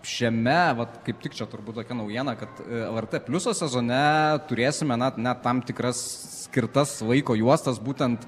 šiame vat kaip tik čia turbūt tokia naujiena kad lrt pliuso sezone turėsime na tam tikras skirtas laiko juostas būtent